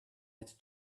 its